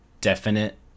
definite